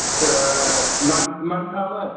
इसोर मानो मानो थाङामोन